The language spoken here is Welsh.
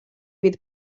fydd